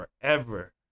forever